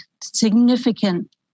significant